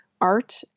art